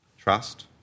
Trust